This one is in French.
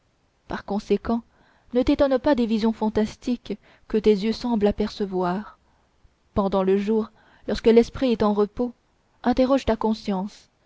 par conséquent ne t'étonne pas des visions fantastiques que tes yeux semblent apercevoir pendant le jour lorsque l'esprit est en repos interroge ta conscience